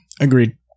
Agreed